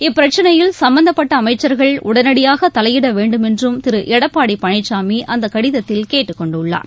இப்பிரச்னையில் சம்பந்தப்பட்ட அமைச்சர்கள் உடனடியாக தலையிட வேண்டுமென்றும் திரு எடப்பாடி பழனிசாமி அந்தக்கடிதத்தில் கேட்டுக் கொண்டுள்ளார்